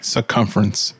Circumference